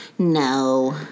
No